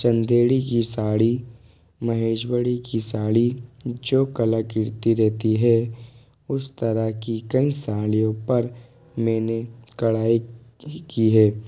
चंदेड़ी की साड़ी महेश्वरी की साड़ी जो कलाकृति रहती है उस तरह की कई साड़ीयों पर मैंने कढ़ाई की है